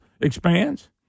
expands